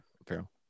Apparel